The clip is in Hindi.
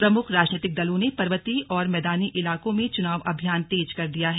प्रमुख राजनीतिक दलों ने पर्वतीय और मैदानी इलाकों में चुनाव अभियान तेज कर दिया है